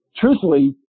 truthfully